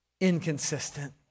inconsistent